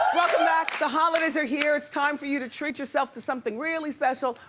welcome back. the holidays are here. it's time for you to treat yourself to something really special.